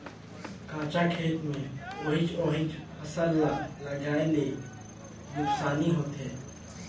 कंचा खेत मे ओहिच ओहिच फसल ल लगाये ले नुकसानी होथे